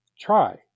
try